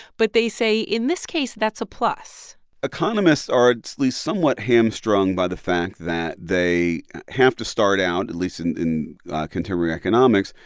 but they say, in this case, that's a plus economists are at least somewhat hamstrung by the fact that they have to start out, at least in in contemporary economics,